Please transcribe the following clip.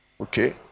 Okay